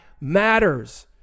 matters